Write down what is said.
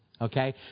Okay